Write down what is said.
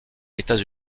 états